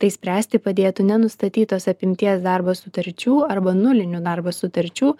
tai spręsti padėtų nenustatytos apimties darbo sutarčių arba nulinių darbo sutarčių